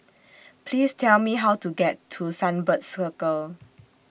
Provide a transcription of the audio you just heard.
Please Tell Me How to get to Sunbird Circle